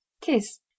Kiss